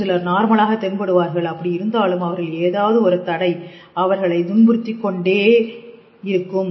ஒரு சிலர் நார்மலாக தென்படுவார்கள் அப்படி இருந்தாலும் அவர்கள் ஏதாவது ஒரு தடை அவர்களை துன்புறுத்திக் கொண்டே இருக்கும்